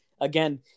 Again